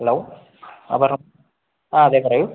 hello പറ അതെ പറയൂ